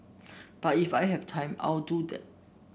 but if I have time I'll do that